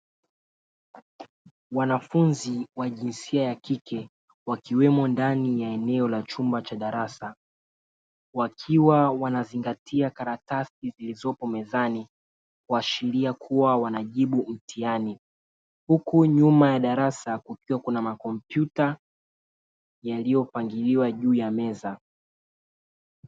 Wanafunzi wa jinsia ya kike wakiwemo ndani ya eneo la chumba cha darasa wakiwa wanazingatia karatasi zilizopo mezani, kuashilia kuwa wanajibu mtihani huku nyuma ya darasa kukiwa kuna makompyuta Yaliyopangiliwa juu ya meza.